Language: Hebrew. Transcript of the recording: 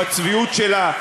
בצביעות שלה,